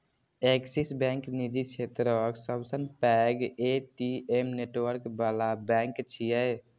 Axis bank निजी क्षेत्रक सबसं पैघ ए.टी.एम नेटवर्क बला बैंक छियै